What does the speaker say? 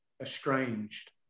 estranged